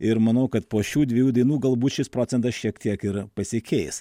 ir manau kad po šių dviejų dienų galbūt šis procentas šiek tiek ir pasikeis